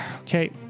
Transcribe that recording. Okay